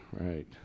right